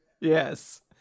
Yes